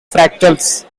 fractals